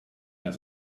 that